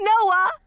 Noah